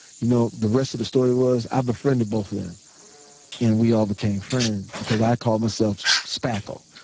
you know the rest of the story was i befriended both of them and we all became friends. because i called myself spackle,